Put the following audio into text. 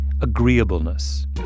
agreeableness